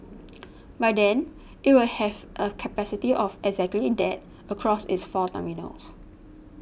by then it will have a capacity of exactly that across its four terminals